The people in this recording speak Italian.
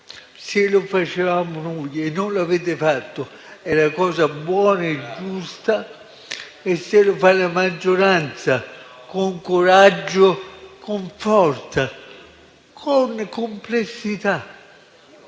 se lo facevamo noi - e non l'avete fatto - era cosa buona e giusta; se lo fa la maggioranza con coraggio, con forza, con complessità,